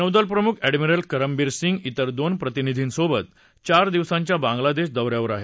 नौदलप्रमुख admiral Karambir Singh वेर दोन प्रतिनिधींसोबत चार दिवसांच्या बांगलादेश दौ यावर आहेत